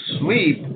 sleep